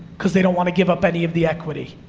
cause they don't wanna give up any of the equity.